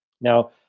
Now